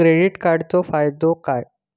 Credit कार्डाचो फायदो काय?